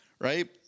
right